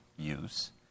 use